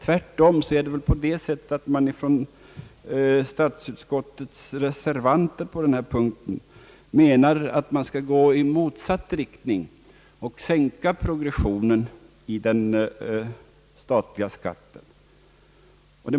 Tvärtom menar reservanterna att man skall gå i motsatt riktning och sänka progressionen i den statliga skatten.